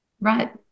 Right